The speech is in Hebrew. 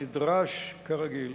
הנדרש כרגיל.